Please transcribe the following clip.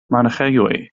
monaĥejoj